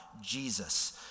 Jesus